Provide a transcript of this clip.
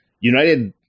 United